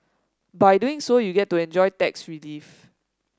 by doing so you get to enjoy tax relief